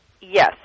Yes